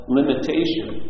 limitation